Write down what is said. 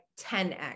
10x